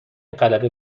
غلبه